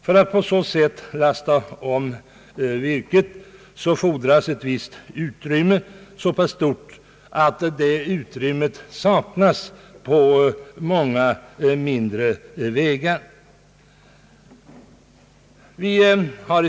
För att man skall kunna lasta om virket på det sättet fordras ett utrymme, som på många mindre vägar icke står till förfogande.